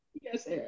yes